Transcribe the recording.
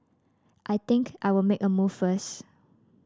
I think I'll make a move first